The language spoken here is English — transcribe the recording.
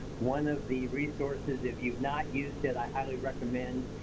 one of the resources, if you've not used it, i highly recommend,